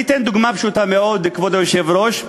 אני אתן דוגמה פשוטה מאוד, כבוד היושב-ראש: